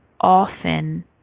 often